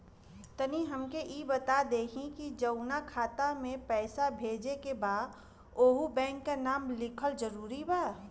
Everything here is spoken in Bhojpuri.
तनि हमके ई बता देही की जऊना खाता मे पैसा भेजे के बा ओहुँ बैंक के नाम लिखल जरूरी बा?